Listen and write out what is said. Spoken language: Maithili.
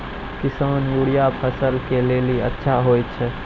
किसान यूरिया फसल के लेली अच्छा होय छै?